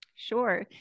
Sure